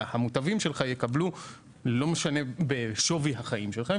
המוטבים שלך יקבלו לא משנה בשווי החיים שלך,